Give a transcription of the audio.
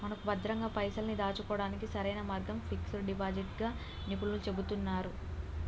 మనకు భద్రంగా పైసల్ని దాచుకోవడానికి సరైన మార్గం ఫిక్స్ డిపాజిట్ గా నిపుణులు చెబుతున్నారు